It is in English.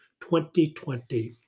2020